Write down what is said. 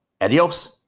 Adios